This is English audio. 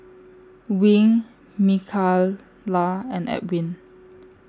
Wing Micayla and Edwin